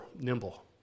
nimble